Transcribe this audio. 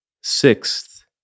Sixth